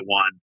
one